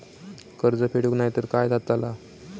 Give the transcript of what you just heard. कर्ज फेडूक नाय तर काय जाताला?